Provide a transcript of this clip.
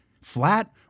Flat